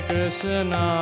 Krishna